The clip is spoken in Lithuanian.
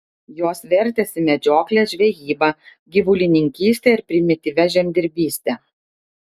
jos vertėsi medžiokle žvejyba gyvulininkyste ir primityvia žemdirbyste